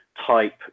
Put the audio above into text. type